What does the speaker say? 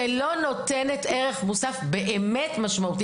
שלא נותנת ערך מוסף באמת משמעותי,